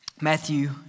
Matthew